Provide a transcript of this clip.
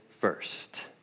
first